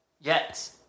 Yes